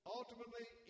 ultimately